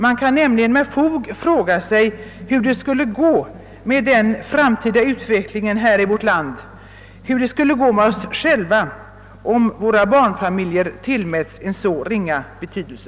Man kan nämligen med fog fråga sig hur det skall gå med den framtida utvecklingen i vårt land, hur det skall gå med oss själva, om barnfamiljerna tillmäts en så ringa betydelse.